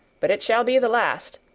but it shall be the last.